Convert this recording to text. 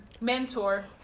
mentor